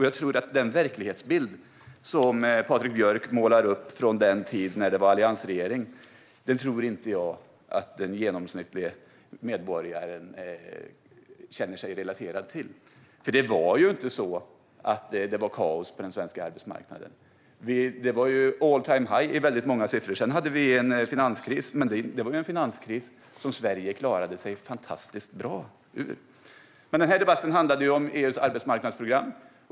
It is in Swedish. Jag tror inte att den genomsnittlige medborgaren kan relatera till den verklighetsbild som Patrik Björck målar upp från alliansregeringens tid. Det var inte kaos på den svenska arbetsmarknaden. Det var all-time-high i många siffror. Sedan blev det en finanskris, men det var en finanskris som Sverige klarade sig fantastiskt bra ur. Den här debatten handlade om EU:s arbetsmarknadsprogram.